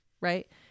right